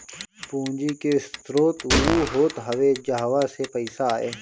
पूंजी के स्रोत उ होत हवे जहवा से पईसा आए